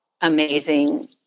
amazing